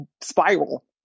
spiral